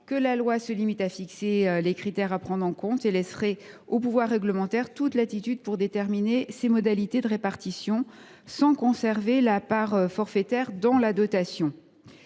que la loi se limite à fixer les critères à prendre en compte, tandis que le pouvoir réglementaire disposerait de toute latitude pour en fixer les modalités de répartition, sans conserver la part forfaitaire de la dotation.